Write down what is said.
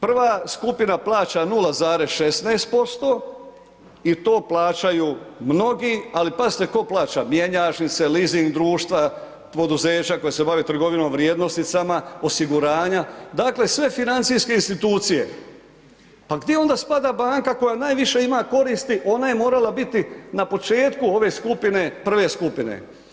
Prva skupina plaća 0,16% i to plaćaju mnogi, ali pazite tko plaća, mjenjačnice, leasing društva, poduzeća koja se bave trgovinom vrijednosnicama, osiguranja, dakle, sve financijske institucije, pa gdje onda spada banka koja najviše ima koristi, ona je morala biti na početku ove skupine, prve skupine.